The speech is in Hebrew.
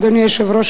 אדוני היושב-ראש,